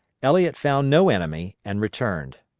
eliott found no enemy, and returned.